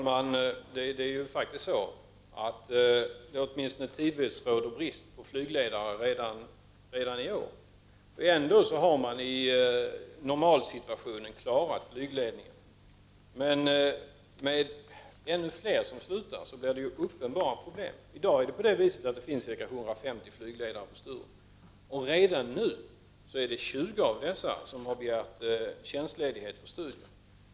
Herr talman! Det råder, åtminstone tidvis, brist på flygledare redan nu. Ändå har flygledningen i normalsituationer klarats av. Men om ännu fler anställda slutar blir problemen uppenbara. I dag finns det ca 150 flygledare på Sturup, och redan nu har 20 av dessa begärt tjänstledighet för studier.